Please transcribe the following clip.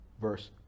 verse